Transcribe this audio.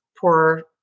poor